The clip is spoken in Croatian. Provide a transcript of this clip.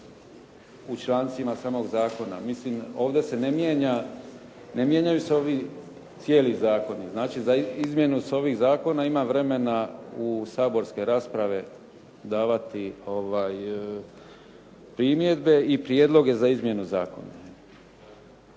u člancima samog zakona. Mislim, ovdje se ne mijenja, ne mijenjaju se ovi cijeli zakoni. Znači, za izmjenu ovih zakona ima vremena u saborske rasprave davati primjedbe i prijedloge za izmjenu zakona.